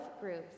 groups